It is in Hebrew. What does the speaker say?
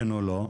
כן או לא.